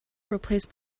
replaced